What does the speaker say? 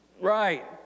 Right